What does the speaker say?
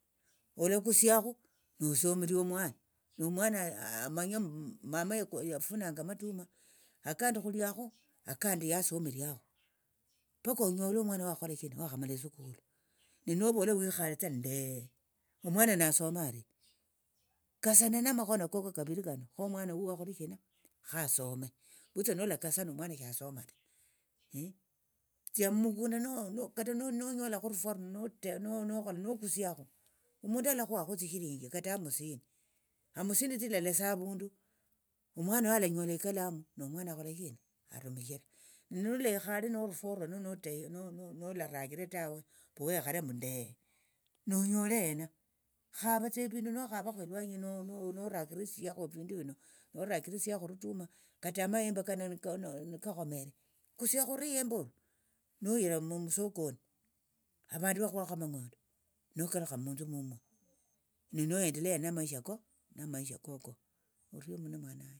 Olakusiakhu nosomiria omwana nomwana amanye mama yaku yafunanga amatuma akandi khuliakhu akandi yasomiriakho paka onyole omwana wakhola shina wakhamala esukulu ninovola wekhaletsa ndeee omwana nasome arie kasana namakhono koko kaviri kano khomwana huo akhole shina khasome vutsa nolakasana omwana shasoma ta tsia mukunda kata nonyolakho rufwa runo notekha nokusiakhu omundu alakhuhakhu tsishilinji kata hamsini hamsini tsilia lesa havundu omwanao alanyola ekalamu nomwana akhola shina arumishira nolekhale norufwa rwene notee nolachiraa tawe mbu weyakhala mbu ndeee nonyole hena khavatsa evindu nokhavakho elwanyi eyi norakirisiakho evindu vino norakirisiakho or orutuma kata amaembe kano nikakhomere kusiakho ruembe oru noyira musokoni avandu vakhuhakho amangodo nokalukha munthu mumwo ninoendelea namaisha koko orio mno mwana wanje.